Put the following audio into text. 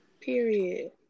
Period